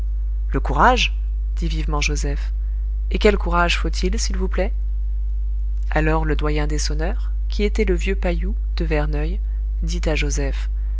le courage dit vivement joseph et quel courage faut-il s'il vous plaît alors le doyen des sonneurs qui était le vieux paillou de verneuil dit à joseph